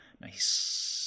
nice